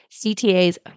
CTAs